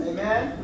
Amen